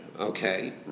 okay